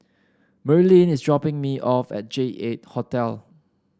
Merilyn is dropping me off at J eight Hotel